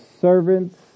servants